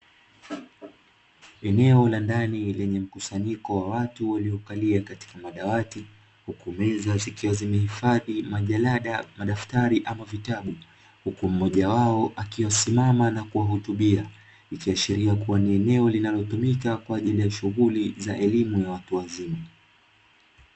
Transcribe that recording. Eneo la ndani lenye mkusanyiko wa watu waliokalia katika madawati, huku meza zikiwa zimehifadhi majalada, madaftari ama vitabu, huku mmoja wao akisimama na kuwahutubia, ikiashiria kuwa ni eneo linalotumika kwa ajili shughuli za elimu ya watu wazima.